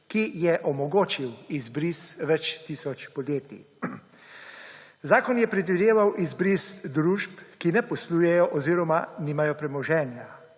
ki je omogočil izbris več tisoč podjetij. Zakon je predvideval izbris družb, ki ne poslujejo oziroma nimajo premoženja.